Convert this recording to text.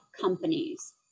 companies